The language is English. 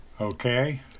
okay